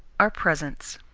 are presents.